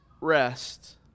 rest